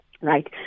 Right